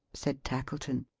said tackleton,